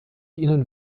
ihnen